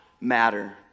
matter